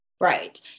Right